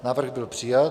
Návrh byl přijat.